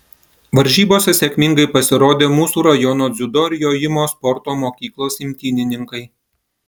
varžybose sėkmingai pasirodė mūsų rajono dziudo ir jojimo sporto mokyklos imtynininkai